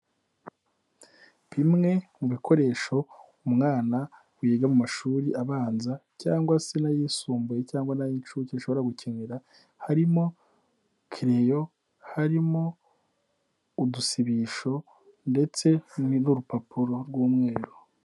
Bimwe mu bikoresho umwana wiga mu mashuri abanza cyangwa se n'ayisumbuye cyangwa ay'incuke ashobora gukenera harimo kereyo, harimo udusibisho, ndetse n'urupapuro rw'umweru.